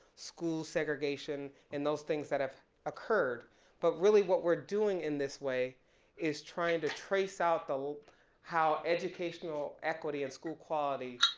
school segregation and those things that have occurred but really what we're doing in this way is trying to trace out the, how educational equity of and school quality,